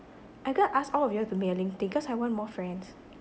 I'm gonna ask all of y'all to make a LinkedIn cause I want more friends